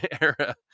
era